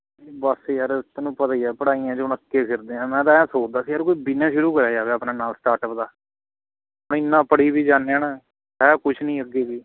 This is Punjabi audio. ਬਸ ਯਾਰ ਤੈਨੂੰ ਪਤਾ ਹੀ ਆ ਪੜ੍ਹਾਈਆਂ 'ਚ ਹੁਣ ਅੱਕੇ ਫਿਰਦੇ ਹਾਂ ਮੈਂ ਤਾਂ ਐਂ ਸੋਚਦਾ ਸੀ ਵੀ ਕੋਈ ਬਿਜਨੈਸ ਸ਼ੁਰੂ ਕਰਿਆ ਜਾਵੇ ਆਪਣਾ ਨਾਲ ਸਟਾਰਟਪ ਦਾ ਇੰਨਾ ਪੜ੍ਹੀ ਵੀ ਜਾਂਦੇ ਹਾਂ ਨਾ ਹੈ ਕੁਛ ਨਹੀਂ ਅੱਗੇ ਵੀ